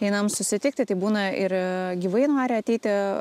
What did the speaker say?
einam susitikti tai būna ir gyvai nori ateiti